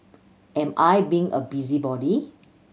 am I being a busybody